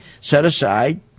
set-aside